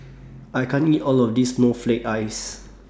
I can't eat All of This Snowflake Ice